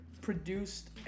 produced